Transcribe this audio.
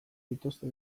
dituzte